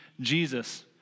Jesus